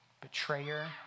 betrayer